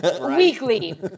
weekly